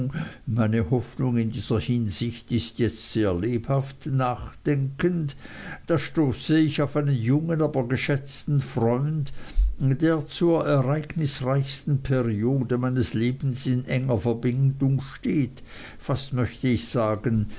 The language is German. meine hoffnung in dieser hinsicht ist jetzt sehr lebhaft nachdenkend da stoße ich auf einen jungen aber geschätzten freund der zur ereignisreichsten periode meines lebens in engster verbindung steht fast möchte ich sagen